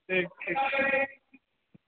ठीक ठीक छै